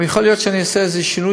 אבל יכול להיות שאני אעשה איזשהו שינוי,